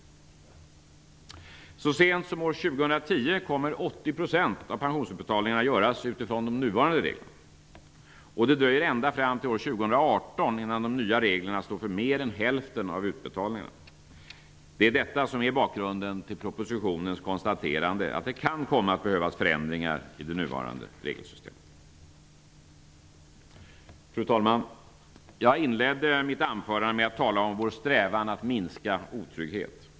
Så sent som år 2010 kommer 80 % av pensionsutbetalningarna att göras utifrån de nuvarande reglerna. Det dröjer ända fram till år 2018 innan de nya reglerna står för mer än hälften av utbetalningarna. Det är detta som är bakgrunden till konstaterandet i propositionen att det kan komma att behövas förändringar i det nuvarande regelsystemet. Fru talman! Jag inledde mitt anförande med att tala om vår strävan att minska otrygghet.